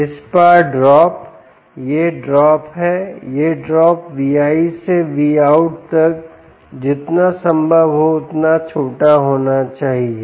इस पार ड्रॉप यह ड्रॉप है यह ड्रॉप V¿ से Vout तक जितना संभव हो उतना छोटा होना चाहिए